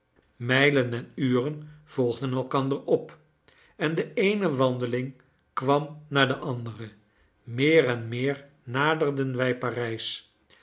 mijlen en uren volgden elkander op en de eene wandeling kwam na de andere meer en meer naderden wij parijs